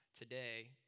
today